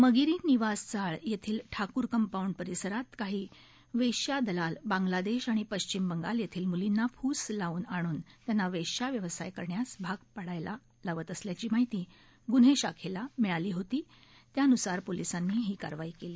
मगिरी निवास चाळ योथील ठाकूर कंपाउंड परिसरात काही वेश्या दलाल बांगलादेश आणि पश्चिम बंगाल योथील मुलींना फूस लावून आणून त्यांना वेश्या व्यावसाया करण्यास भाग पाडायाला लावत असल्याची माहिती गुन्हे शाखेला मिळाली होती त्यानुसार त्यांनी कारवाई केली